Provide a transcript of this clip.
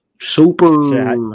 super